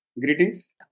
Greetings